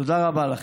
תודה רבה לכם.